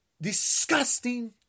Disgusting